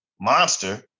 monster